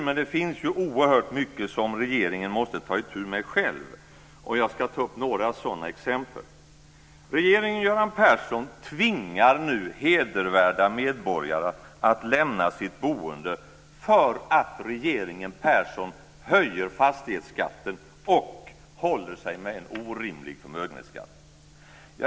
Men det finns ju oerhört mycket som regeringen måste ta itu med själv. Jag ska ta upp några sådana exempel. Regeringen Göran Persson tvingar nu hedervärda medborgare att lämna sitt boende för att regeringen Persson höjer fastighetsskatten och håller sig med en orimlig förmögenhetsskatt.